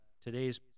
today's